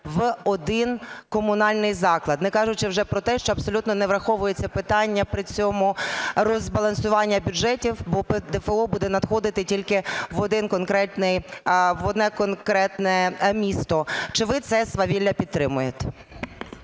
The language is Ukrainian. в один комунальний заклад, не кажучи вже про те, що абсолютно не враховується питання при цьому розбалансування бюджетів, бо ПДФО буде надходити тільки в одне конкретне місто. Чи ви це свавілля підтримуєте?